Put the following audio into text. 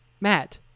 Matt